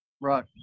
Right